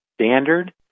standard